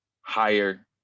higher